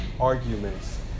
arguments